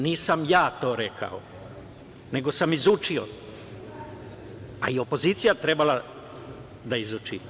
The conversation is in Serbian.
Nisam ja to rekao, nego sam izučio, a i opozicija je trebala da izuči.